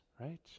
right